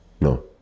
No